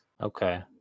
okay